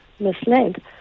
misled